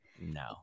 no